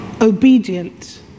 obedient